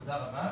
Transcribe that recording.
תודה רבה.